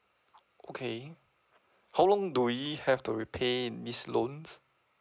okay how long do we have to repay these loans